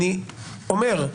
אני אומר: